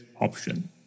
option